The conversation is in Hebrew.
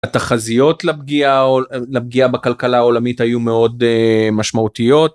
התחזיות לפגיעה לפגיעה בכלכלה העולמית היו מאוד משמעותיות.